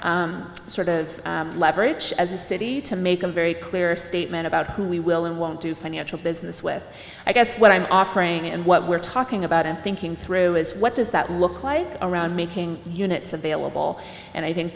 our sort of leverage as a city to make a very clear statement about who we will and won't do financial business with i guess what i'm offering and what we're talking about and thinking through is what does that look like around making units available and i think